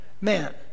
Man